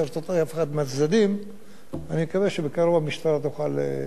אני מקווה שבקרוב המשטרה תוכל להציג את תוצאות החקירה.